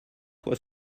was